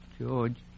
George